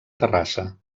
terrassa